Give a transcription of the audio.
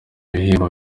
ibihembo